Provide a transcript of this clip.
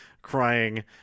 crying